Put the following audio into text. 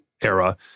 era